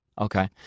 okay